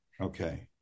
Okay